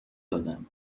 دادم